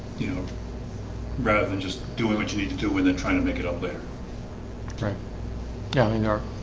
you know rather than just doing what you need to do when they're trying to make it up there right johnny no